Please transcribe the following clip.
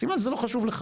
סימן שזה לא חשוב לך,